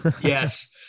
Yes